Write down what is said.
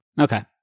Okay